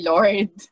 Lord